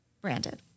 branded